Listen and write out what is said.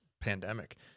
pandemic